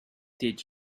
did